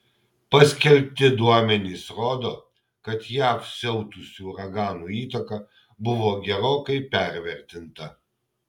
paskelbti duomenys rodo kad jav siautusių uraganų įtaka buvo gerokai pervertinta